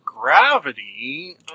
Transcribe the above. gravity